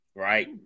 Right